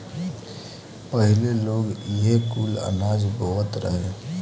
पहिले लोग इहे कुल अनाज बोअत रहे